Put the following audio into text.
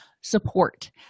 support